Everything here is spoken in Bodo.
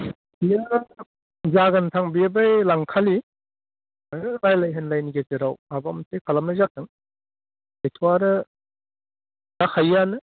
गैया जागोन नोंथां बेयो बे लांखालि नोङो रायलाय होनलायनि गेजेराव माबा मोनसे खालामनाय जागोन बेथ' आरो जाखायोआनो